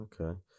Okay